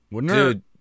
Dude